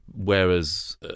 Whereas